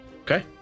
okay